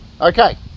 okay